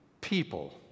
people